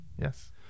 Yes